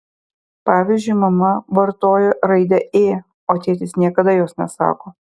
pavyzdžiui mama vartoja raidę ė o tėtis niekada jos nesako